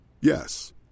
Yes